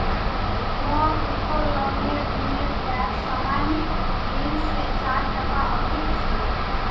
मोर उत्तोलन ऋनेर ब्याज सामान्य ऋण स चार टका अधिक छ